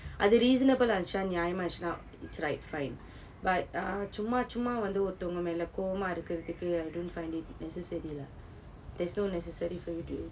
அது:athu reasonable இருந்தா நியாயமா இருந்தா:irunthaa niyayamaa irunthaa it's right fine but err சும்மா சும்மா வந்து ஒருதங்க மேல கோவமா இருக்கிறதுக்கு:summaa summaa vanthu oruthanga mela kovamaa irukkirathukku I don't find it necessary lah there's no necessary for you to